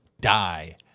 die